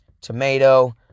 tomato